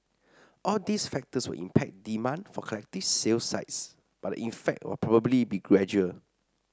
all these factors will impact demand for collective sale sites but the effect will probably be gradual